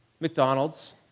McDonald's